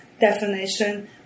definition